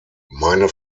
meine